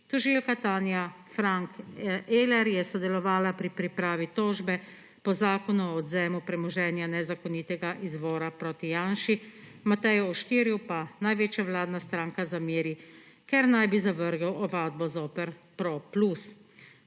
Tožilka Tanja Frank Eler je sodelovala pri pripravi tožbe po Zakonu o odvzemu premoženja nezakonitega izvora proti Janši, Mateju Oštirju pa največja vladna stranka zameri, ker naj bi zavrgel ovadbo zoper Pro Plus.